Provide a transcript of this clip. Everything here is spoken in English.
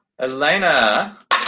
Elena